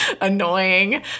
annoying